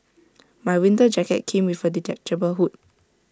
my winter jacket came with A detachable hood